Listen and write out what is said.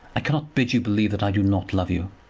i cannot bid you believe that i do not love you.